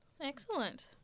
Excellent